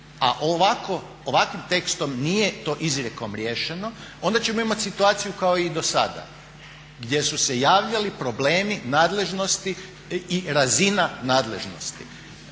A ovakvim tekstom nije to izrijekom riješeno onda ćemo imati situaciju kao i dosada gdje su se javljali problemi nadležnosti